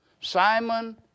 Simon